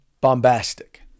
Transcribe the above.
bombastic